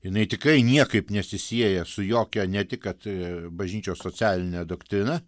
jinai tikrai niekaip nesisieja su jokia ne tik kad bažnyčios socialine doktrina